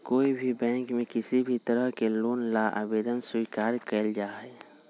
कोई भी बैंक में किसी भी तरह के लोन ला आवेदन स्वीकार्य कइल जाहई